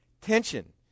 tension